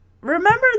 Remember